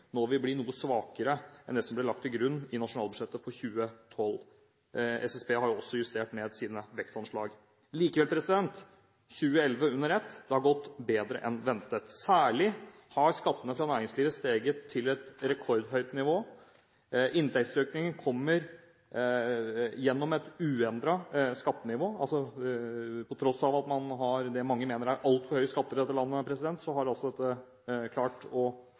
nå vil bli noe svakere enn det som ble lagt til grunn i nasjonalbudsjettet for 2012. Statistisk sentralbyrå har også justert ned sine vekstanslag. Likevel, 2011 under ett: Det har gått bedre enn ventet. Særlig har skattene fra næringslivet steget til et rekordhøyt nivå. Inntektsøkningen kommer gjennom et uendret skattenivå. Til tross for at man har det mange mener er altfor høye skatter i dette landet, har man klart